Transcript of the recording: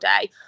day